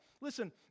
Listen